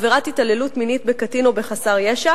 עבירת התעללות מינית בקטין או בחסר ישע